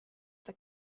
that